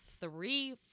three